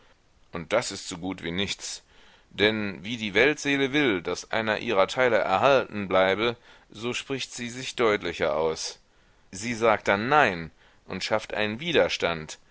und das ist so gut wie nichts denn wenn die weltseele will daß einer ihrer teile erhalten bleibe so spricht sie sich deutlicher aus sie sagt dann nein und schafft einen widerstand